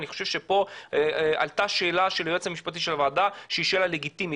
אני חושב שפה עלתה שאלה של היועץ המשפטי לממשלה שהיא שאלה לגיטימית,